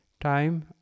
time